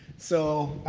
so,